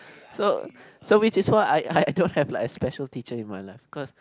so so which is why I I don't have like a special teacher in my life cause